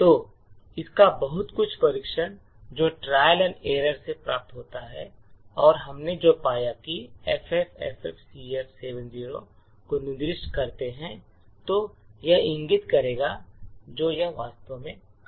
तो इसका बहुत कुछ परीक्षण जो ट्रायल एंड एरर से प्राप्त होता है और हमने जो पाया कि FFFFCF70 को निर्दिष्ट करते हैं तो यह इंगित करेगा जो यह वास्तव में काम करेगा